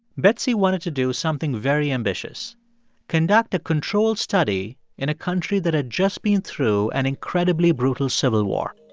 betsy wanted to do something very ambitious conduct a controlled study in a country that had just been through an incredibly brutal civil war.